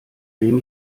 wem